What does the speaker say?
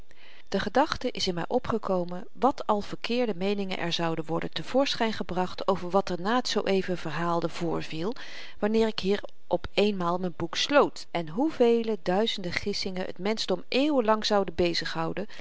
de gedachte is in my opgekomen wat al verkeerde meeningen er zouden worden te voorschyn gebracht over wat er na t zoo-even verhaalde voorviel wanneer ik hier op eenmaal m'n boek sloot en hoevele duizende gissingen t menschdom eeuwen lang zouden bezighouden